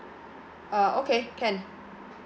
uh okay can